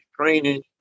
training